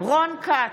רון כץ,